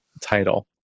title